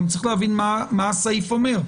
גם צריך להבין מה הסעיף אומר.